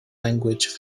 language